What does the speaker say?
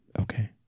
Okay